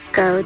go